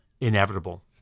inevitable